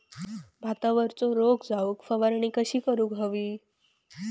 भातावरचो रोग जाऊक फवारणी कशी करूक हवी?